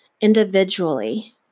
individually